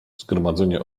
zgromadzenie